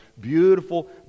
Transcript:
beautiful